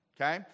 Okay